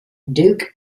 duke